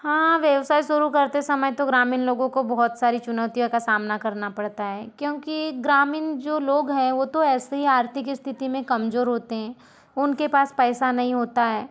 हाँ व्यवसाय शुरू करते समय तो ग्रामीण लोगों को बहुत सारी चुनौतियों का सामना करना पड़ता है क्योंकि ग्रामीण जो लोग हैं वो तो वैसे ही आर्थिक स्थिति में कमजोर होते हैं उनके पास पैसा नहीं होता है